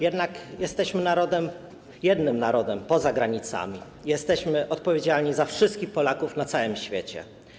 Jesteśmy jednak narodem, jednym narodem poza granicami, jesteśmy odpowiedzialni za wszystkich Polaków na całym świecie.